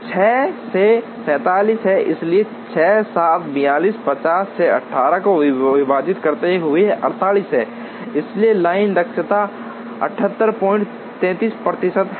तो यह 6 से 47 है इसलिए 6 7 के 42 50 6 8 को विभाजित करते हुए 48 हैं इसलिए लाइन दक्षता 7833 प्रतिशत है